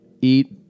Eat